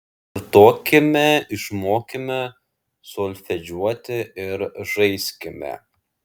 pakartokime išmokime solfedžiuoti ir žaiskime